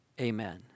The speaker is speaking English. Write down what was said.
Amen